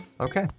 Okay